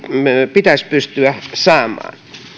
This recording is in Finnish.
pitäisi pystyä saamaan